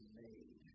made